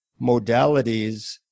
modalities